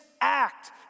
act